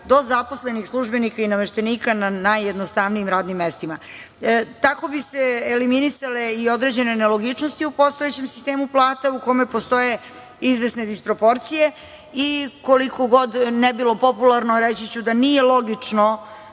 do zaposlenih službenika i nameštenika na najjednostavnijim radnim mestima. Tako bi se eliminisale i određene nelogičnosti u postojećem sistemu plata, u kome postoje izvesne disproporcije i koliko god ne bilo popularno reći ću da nije logično